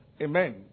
amen